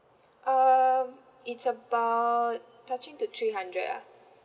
um it's about touching to three hundred ah